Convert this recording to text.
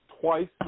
twice